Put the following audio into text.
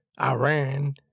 Iran